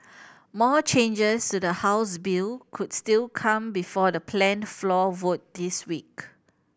more changes to the House bill could still come before the planned floor vote this week